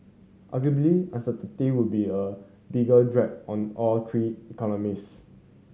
arguably uncertainty would be a bigger drag on all three economies